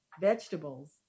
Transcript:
vegetables